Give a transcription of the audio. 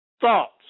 thoughts